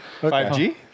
5G